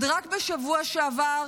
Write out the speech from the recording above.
רק בשבוע שעבר